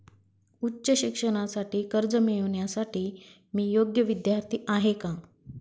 उच्च शिक्षणासाठी कर्ज मिळविण्यासाठी मी योग्य विद्यार्थी आहे का?